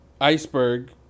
Iceberg